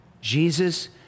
Jesus